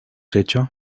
hecho